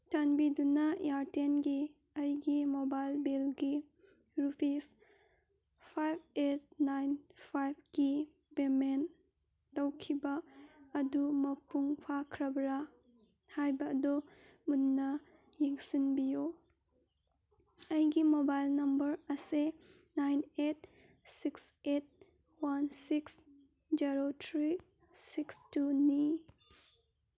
ꯆꯥꯟꯕꯤꯗꯨꯅ ꯏꯌꯔꯇꯦꯜꯒꯤ ꯑꯩꯒꯤ ꯃꯣꯕꯥꯏꯜ ꯕꯤꯜꯒꯤ ꯔꯨꯄꯤꯁ ꯐꯥꯏꯚ ꯑꯦꯠ ꯅꯥꯏꯟ ꯐꯥꯏꯚꯀꯤ ꯄꯦꯃꯦꯟ ꯇꯧꯈꯤꯕ ꯑꯗꯨ ꯃꯄꯨꯡ ꯐꯥꯈ꯭ꯔꯕ꯭ꯔ ꯍꯥꯏꯕ ꯑꯗꯨ ꯃꯨꯟꯅ ꯌꯦꯡꯁꯤꯟꯕꯤꯌꯨ ꯑꯩꯒꯤ ꯃꯣꯕꯥꯏꯜ ꯅꯝꯕꯔ ꯑꯁꯦ nine eight six eight one six zero three six ꯇꯨꯅꯤ